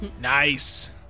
nice